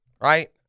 Right